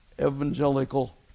evangelical